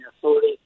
Authority